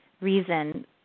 reason